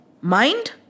Mind